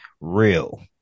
real